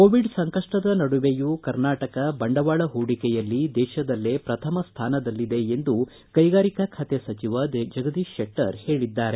Covid ಸಂಕಷ್ಟದ ನಡುವೆಯೂ ಕರ್ನಾಟಕ ಬಂಡವಾಳ ಹೂಡಿಕೆಯಲ್ಲಿ ದೇಶದಲ್ಲೇ ಪ್ರಥಮ ಸ್ಥಾನದಲ್ಲಿದೆ ಎಂದು ಕೈಗಾರಿಕಾ ಖಾತೆ ಸಚಿವ ಜಗದೀತ್ ಶೆಟ್ಟರ್ ಹೇಳಿದ್ದಾರೆ